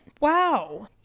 Wow